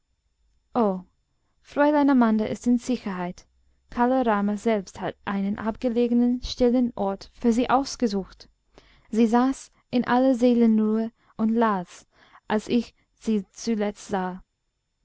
o fräulein amanda ist in sicherheit kala rama selbst hat einen abgelegenen stillen ort für sie ausgesucht sie saß in aller seelenruhe und las als ich sie zuletzt sah